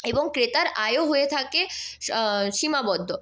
এবং ক্রেতার আয়ও হয়ে থাকে সীমাবদ্ধ